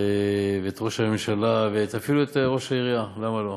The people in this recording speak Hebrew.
את ראש הממשלה, אפילו את ראש העירייה, למה לא?